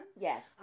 Yes